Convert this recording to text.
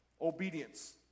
obedience